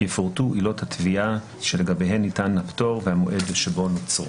יפורטו עילות התביעה לגביהן ניתן הפטור והמועד שבו נוצרו.